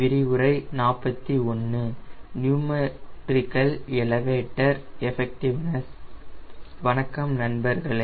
வணக்கம் நண்பர்களே